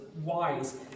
wise